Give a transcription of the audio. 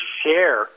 share